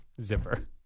zipper